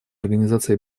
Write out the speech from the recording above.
организации